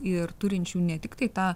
ir turinčių ne tiktai tą